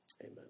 amen